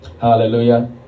Hallelujah